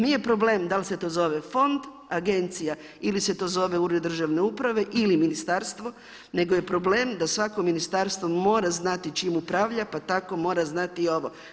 Nije problem da li se to zove fond, agencija ili se to zove ured državne uprave ili ministarstvo nego je problem da svako ministarstvo mora znati čim upravlja pa tako mora znati i ovo.